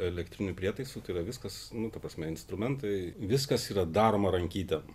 elektrinių prietaisų tai yra viskas nu ta prasme instrumentai viskas yra daroma rankytėm